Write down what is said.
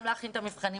גם להכין את המבחנים,